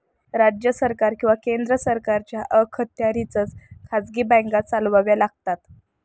राज्य सरकार किंवा केंद्र सरकारच्या अखत्यारीतच खाजगी बँका चालवाव्या लागतात